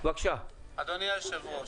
אדוני היושב-ראש.